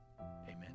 amen